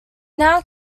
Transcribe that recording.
now